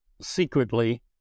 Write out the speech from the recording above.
secretly